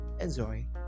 Enjoy